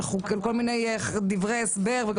על כל מיני דברי הסבר.